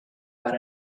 but